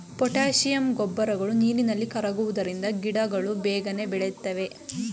potassium ಗೊಬ್ಬರಗಳು ನೀರಿನಲ್ಲಿ ಕರಗುವುದರಿಂದ ಗಿಡಗಳು ಬೇಗನೆ ಬೆಳಿತವೆ